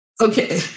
Okay